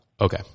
Okay